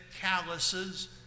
calluses